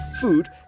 food